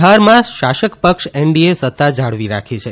બિહારમાં શાસક પક્ષ એનડીએ સત્તા જાળવી રાખી છે